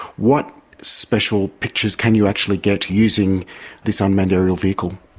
what special pictures can you actually get using this unmanned aerial vehicle?